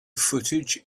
footage